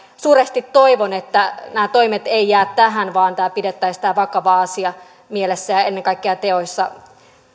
suuresti toivon että nämä toimet eivät jää tähän vaan pidettäisiin tämä vakava asia mielessä ja ja ennen kaikkea teoissa